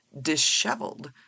disheveled